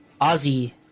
Ozzy